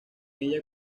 ella